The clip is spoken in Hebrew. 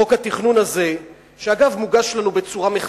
חוק התכנון הזה, שדרך אגב, מוגש לנו בצורה מחטפית.